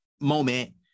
moment